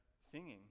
singing